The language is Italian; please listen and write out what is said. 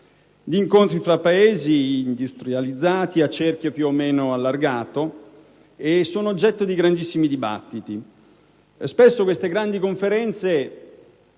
di incontri tra Paesi industrializzati a cerchio più o meno allargato e di dibattiti molto importanti. Spesso queste grandi conferenze